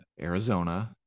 Arizona